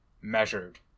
measured